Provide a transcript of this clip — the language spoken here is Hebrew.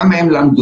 כמה הם למדו,